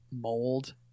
mold